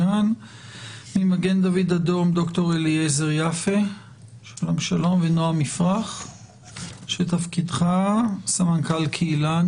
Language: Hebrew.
ממגן דוד אדום: ד"ר אליעזר יפה ונועם יפרח שתפקידו סמנכ"ל קהילה.